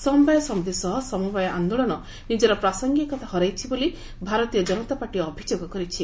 ସମବାୟ ସମିତି ସହ ସମବାୟ ଆନ୍ଦୋଳନ ନିଜର ପ୍ରାସଙ୍ଗିକତା ହରାଇଛି ବୋଲି ଭାରତୀୟ ଜନତା ପାର୍ଟି ଅଭିଯୋଗ କରିଛି